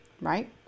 right